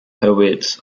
hurwitz